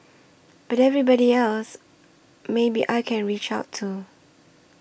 but everybody else maybe I can reach out to